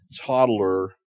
toddler